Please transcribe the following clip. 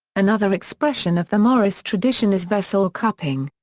another expression of the morris tradition is vessel cupping.